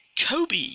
kobe